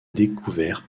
découvert